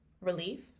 relief